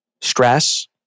stress